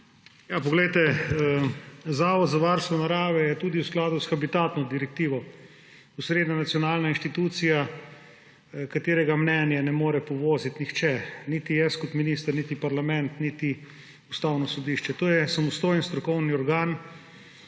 VIZJAK:** Zavod za varstvo narave je tudi v skladu s habitatno direktivo osrednja nacionalna inštitucija, katerega mnenje ne more povozit nihče, niti jaz kot minister, niti parlament, niti Ustavno sodišče. To je samostojen strokovni organ,